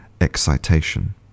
excitation